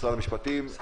משרד המשפטים,